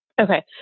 Okay